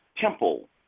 temple